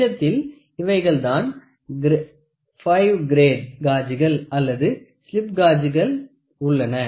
நிஜத்தில் இவைகள் தான் 5 கிரேட் காஜ்கள் அல்லது ஸ்லிப் காஜ்கள் உள்ளன